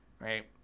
right